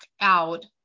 out